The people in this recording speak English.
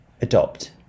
adopt